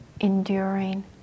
enduring